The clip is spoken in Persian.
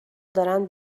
دارن